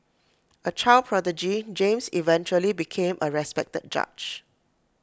A child prodigy James eventually became A respected judge